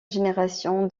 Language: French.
génération